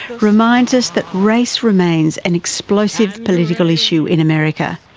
reminds us that race remains an explosive political issue in america,